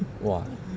!wah!